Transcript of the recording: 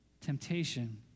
Temptation